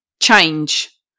change